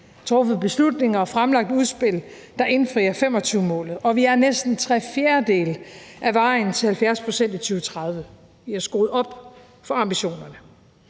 truffet beslutninger og fremlagt udspil, der indfrier 2025-målet, og vi er næsten tre fjerdedele ad vejen til 70 pct. i 2030. Vi har skruet op for ambitionerne,